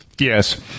Yes